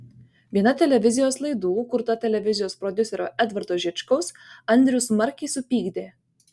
viena televizijos laidų kurta televizijos prodiuserio edvardo žičkaus andrių smarkiai supykdė